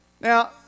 now